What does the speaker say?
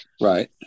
right